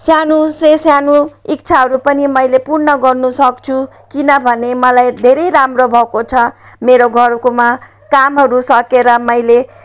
सानो से सानो इच्छाहरू पनि मैले पूर्ण गर्नसक्छु किनभने मलाई धेरै राम्रो भएको छ मेरो घरकोमा कामहरू सकेर मैले